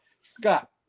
Scott